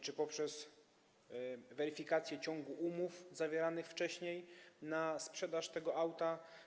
Czy poprzez weryfikację ciągu zawieranych wcześniej umów sprzedaży tego auta?